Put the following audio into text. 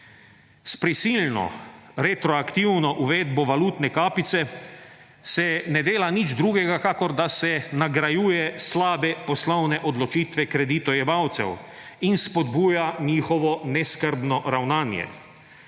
S prisilno retroaktivno uvedbo valutne kapice se ne dela nič drugega, kakor da se nagrajuje slabe poslovne odločitve kreditojemalcev in spodbuja njihovo neskrbno ravnanje.